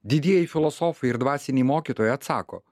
didieji filosofai ir dvasiniai mokytojai atsako